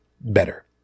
better